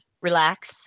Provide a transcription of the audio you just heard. relax